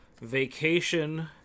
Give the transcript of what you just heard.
vacation